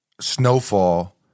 Snowfall